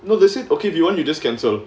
you know this is okay if you want you just cancel